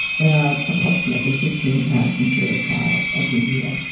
there are approximately fifteen thousand jury trials every year.